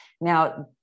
Now